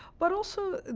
but also,